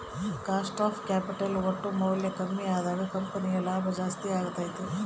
cost of capital ಒಟ್ಟು ಮೌಲ್ಯ ಕಮ್ಮಿ ಅದಾಗ ಕಂಪನಿಯ ಲಾಭ ಜಾಸ್ತಿ ಅಗತ್ಯೆತೆ